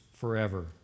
forever